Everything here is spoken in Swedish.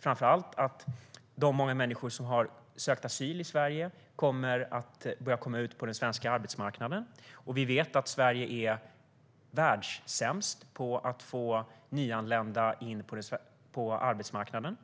framför allt om att de många människor som har sökt asyl i Sverige kommer att börja komma ut på den svenska arbetsmarknaden. Vi vet också att Sverige är världssämst på att få nyanlända in på arbetsmarknaden.